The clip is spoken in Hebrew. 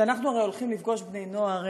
כשאנחנו הרי הולכים לפגוש בני נוער,